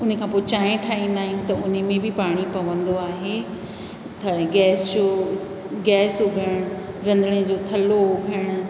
उन खां पोइ चाहिं ठाहींदा आहियूं त उन में बि पाणी पवंदी आहे त गैस जो गैस धोइणु रंधिणे जो थलो धोअणु